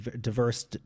diverse